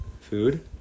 Food